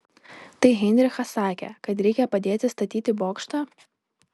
tai heinrichas sakė kad reikia padėti statyti bokštą